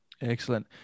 Excellent